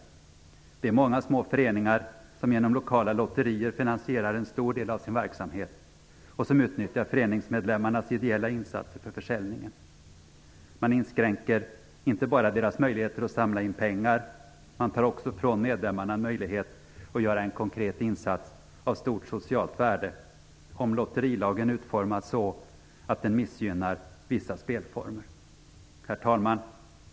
Det finns många små föreningar som genom lokala lotterier finansierar en stor del av sin verksamhet, och som utnyttjar föreningsmedlemmarnas ideella insatser för försäljningen. Man inskränker inte bara deras möjligheter att samla in pengar, utan man tar också ifrån medlemmarna en möjlighet att göra en konkret insats av stort socialt värde om lotterilagen utformas så att den missgynnar vissa spelformer. Herr talman!